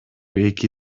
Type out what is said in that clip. эки